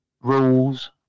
rules